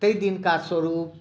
ताहि दिनका स्वरूप